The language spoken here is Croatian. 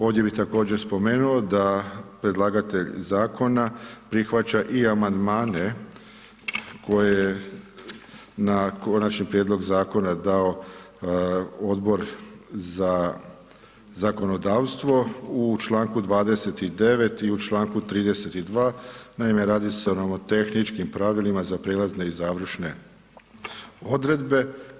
Ovdje bih također spomenuo da predlagatelj zakona prihvaća i amandmane koje je na konačni prijedlog zakona dao Odbor za zakonodavstvo, u članku 29. i u članku 32. naime radi se o nomotehničkim pravilima za prijelazne i završne odredbe.